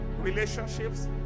relationships